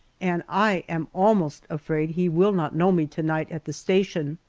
and i am almost afraid he will not know me tonight at the station.